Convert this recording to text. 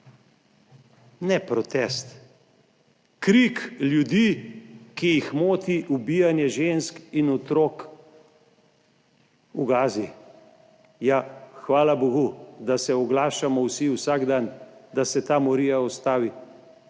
Ne protest, krik ljudi, ki jih moti ubijanje žensk in otrok v Gazi. Ja, hvala bogu, da se oglašamo vsi vsak dan, da se ta morija ustavi.